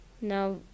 Now